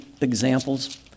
examples